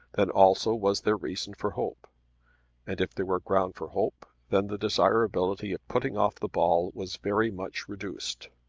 then also was there reason for hope and if there were ground for hope, then the desirability of putting off the ball was very much reduced.